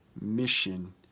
mission